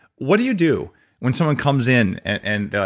what do you do when someone comes in and they're